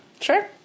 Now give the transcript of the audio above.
Sure